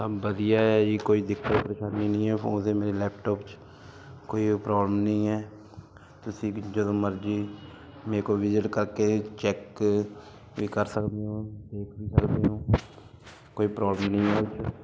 ਸਭ ਵਧੀਆ ਹੈ ਜੀ ਕੋਈ ਦਿੱਕਤ ਪ੍ਰੇਸ਼ਾਨੀ ਨਹੀਂ ਹੈ ਫੋ ਦੇ ਮੇਰੇ ਲੈਪਟੋਪ 'ਚ ਕੋਈ ਪ੍ਰੋਬਲਮ ਨਹੀਂ ਹੈ ਤੁਸੀਂ ਵੀ ਜਦੋਂ ਮਰਜ਼ੀ ਮੇਰੇ ਕੋਲ ਵਿਜ਼ਿਟ ਕਰਕੇ ਚੈੱਕ ਵੀ ਕਰ ਸਕਦੇ ਓਂ ਵੇਖ ਵੀ ਸਕਦੇ ਓਂ ਕੋਈ ਪ੍ਰੋਬਲਮ ਨਹੀਂ ਹੈ ਇਹ 'ਚ